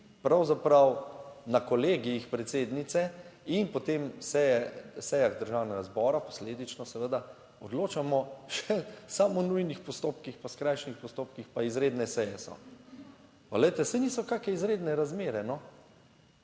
pravzaprav na kolegijih predsednice in potem se sejah Državnega zbora, posledično seveda, odločamo še samo o nujnih postopkih, po skrajšanih postopkih pa izredne seje so. Pa poglejte, saj niso kakšne izredne razmere, saj